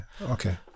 okay